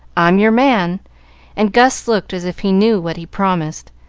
i'm your man and gus looked as if he knew what he promised,